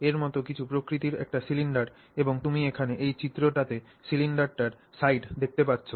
এর মতো কিছু প্রকৃতির একটি সিলিন্ডার এবং তুমি এখানে এই চিত্রটিতে সিলিন্ডারটির সাইড দেখতে পাচ্ছ